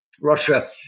Russia